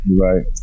right